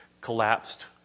collapsed